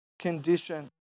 condition